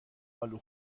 الو